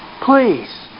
Please